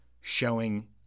showing